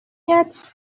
yet